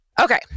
Okay